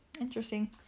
Interesting